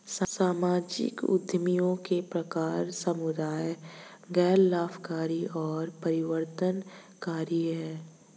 सामाजिक उद्यमियों के प्रकार समुदाय, गैर लाभकारी और परिवर्तनकारी हैं